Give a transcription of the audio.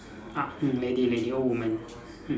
ah lady lady old woman mm